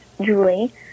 Julie